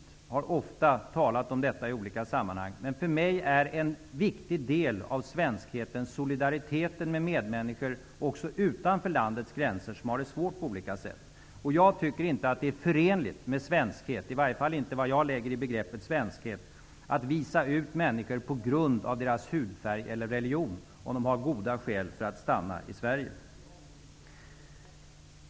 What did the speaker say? Jag har ofta talat om detta i olika sammanhang. Men för mig är solidariteten också med de medmänniskor utanför landets gränser som har det svårt på olika sätt en viktig del av svenskheten. Jag tycker inte att det är förenligt med svenskhet -- i varje fall inte med det jag lägger in i begreppet svenskhet -- att utvisa människor på grund av deras hudfärg eller religion om de har goda skäl för att stanna i Sverige.